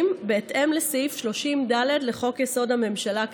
בהתאם לסעיף 30(ד) לחוק-יסוד: הממשלה,